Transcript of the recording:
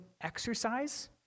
exercise